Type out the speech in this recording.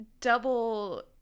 double